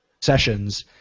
sessions